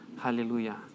Hallelujah